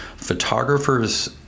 photographers